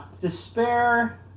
Despair